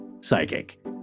psychic